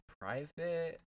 private –